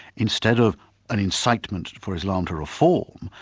instead of an incitement for islam to reform,